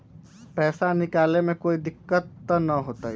पैसा निकाले में कोई दिक्कत त न होतई?